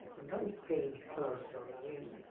a very strange person. i mean,